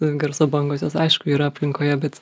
garso bangos jos aišku yra aplinkoje bet